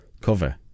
Cover